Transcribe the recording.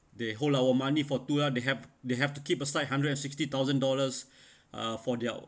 they hold our money for two ah they have they have to keep us like hundred and sixty thousand dollars uh for their